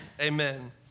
Amen